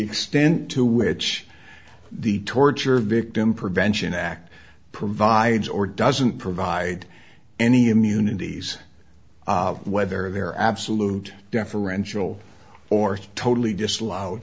extent to which the torture victim prevention act provides or doesn't provide any immunities whether they're absolute deferential or totally disallowed